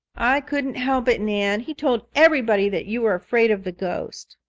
i couldn't help it, nan. he told everybody that you were afraid of the ghost.